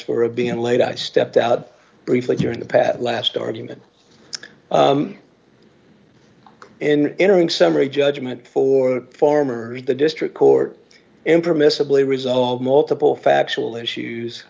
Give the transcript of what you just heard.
for being late i stepped out briefly during the pat last argument in entering summary judgment for farmers the district court impermissibly resolved multiple factual issues